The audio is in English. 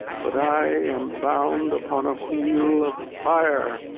but i am bound upon a wheel of fire,